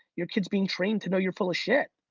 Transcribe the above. your kids being trained to know you're full of shit.